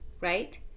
right